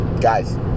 guys